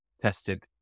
tested